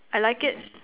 I like it